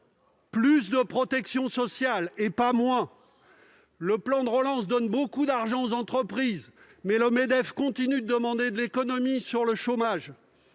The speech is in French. plus de protection sociale, et non pas moins ! Le plan de relance donne beaucoup d'argent aux entreprises, mais le Medef continue de demander des économies sur le chômage.